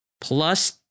Plus